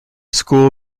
school